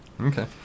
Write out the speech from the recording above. Okay